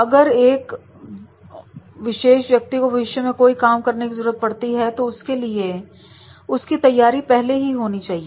अगर एक व विशेष व्यक्ति को भविष्य में कोई काम करने की जरूरत पड़ती है तो उसके लिए उसकी तैयारी पहले ही होनी चाहिए